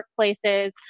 workplaces